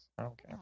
Okay